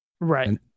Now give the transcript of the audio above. Right